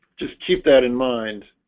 just keep that in mind